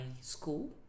school